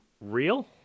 real